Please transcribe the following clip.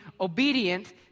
obedient